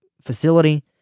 facility